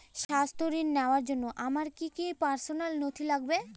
স্বাস্থ্য ঋণ নেওয়ার জন্য আমার কি কি পার্সোনাল নথি লাগবে?